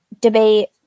debate